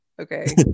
okay